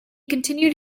continued